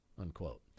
unquote